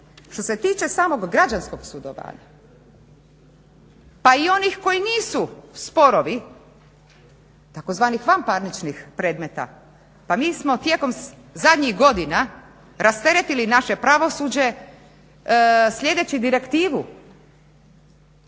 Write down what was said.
Što se tiče smog građanskog sudovanja, pa i onih koji nicu sporovi tzv. vanpraničnih predmeta, pa mi smo tijekom zadnjih godina rasteretili naše pravosuđe sljedeći direktivu